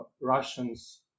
Russian's